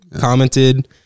commented